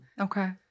Okay